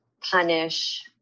punish